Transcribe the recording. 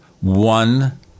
one